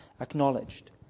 acknowledged